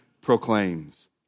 proclaims